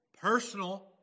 personal